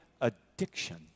addiction